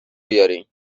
بیارین